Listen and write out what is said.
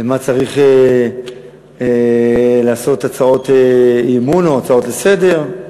למה צריך להעלות הצעות אי-אמון או הצעות לסדר-היום?